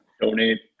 donate